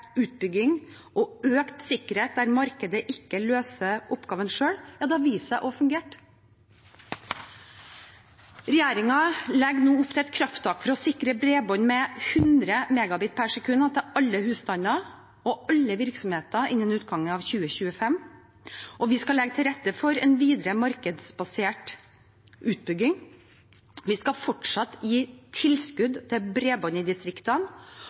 utbygging og økt sikkerhet der markedet ikke løser oppgaven selv, har vist seg å fungere. Regjeringen legger nå opp til et krafttak for å sikre bredbånd med 100 megabit per sekund til alle husstander og alle virksomheter innen utgangen av 2025. Vi skal legge til rette for en videre markedsbasert utbygging, vi skal fortsatt gi tilskudd til bredbånd i distriktene,